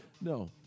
No